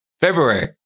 February